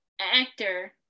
actor